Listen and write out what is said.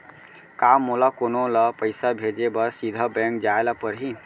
का मोला कोनो ल पइसा भेजे बर सीधा बैंक जाय ला परही?